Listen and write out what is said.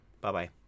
Bye-bye